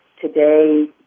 Today